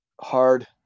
hard